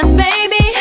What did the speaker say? baby